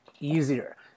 easier